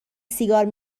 سیگار